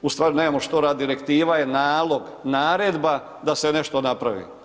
Ustvari nemamo što, direktiva je nalog, naredba da se nešto napravi.